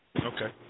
Okay